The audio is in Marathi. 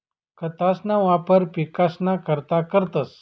खतंसना वापर पिकसना करता करतंस